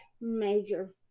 Major